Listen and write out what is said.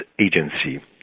agency